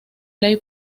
ley